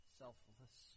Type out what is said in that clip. selfless